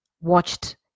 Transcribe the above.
watched